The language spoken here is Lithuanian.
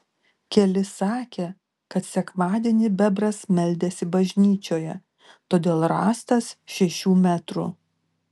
keli sakė kad sekmadienį bebras meldėsi bažnyčioje todėl rąstas šešių metrų